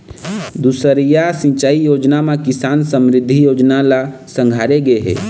दुसरइया सिंचई योजना म किसान समरिद्धि योजना ल संघारे गे हे